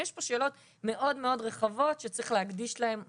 יש פה שאלות מאוד מאוד רחבות שצריך להקדיש להן זמן,